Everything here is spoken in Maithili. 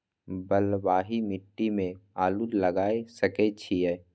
बलवाही मिट्टी में आलू लागय सके छीये?